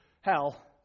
hell